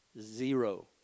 Zero